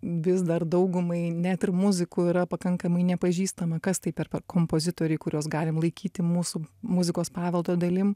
vis dar daugumai net ir muzikų yra pakankamai nepažįstama kas tai per kompozitoriai kuriuos galim laikyti mūsų muzikos paveldo dalim